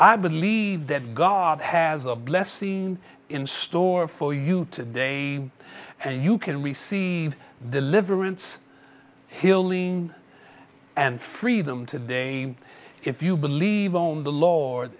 i believe that god has a blessing in store for you today and you can receive deliverance hilling and freedom today if you believe on the lord